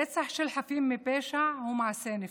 רצח של חפים מפשע הוא מעשה נפשע.